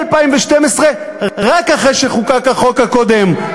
ב-2012, רק אחרי שחוקק החוק הקודם,